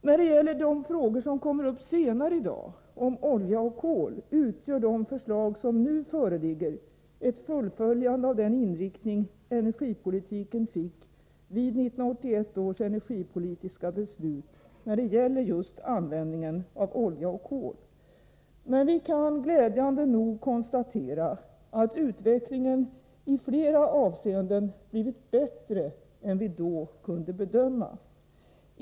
När det gäller de frågor som kommer upp senare i dag om olja och kol, utgör de förslag som nu föreligger ett fullföljande av den inriktning energipolitiken fick vid 1981 års energipolitiska beslut avseende just användningen av olja och kol. Men vi kan glädjande nog konstatera att utvecklingen i flera avseenden blivit bättre än vi då kunde bedöma.